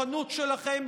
ואת הכוחנות שלכם,